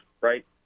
right